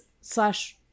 slash